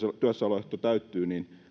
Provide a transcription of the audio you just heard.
työssäoloehto täyttyy